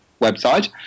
website